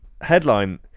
headline